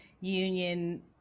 union